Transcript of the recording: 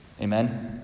Amen